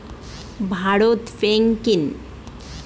Bharat pay কি?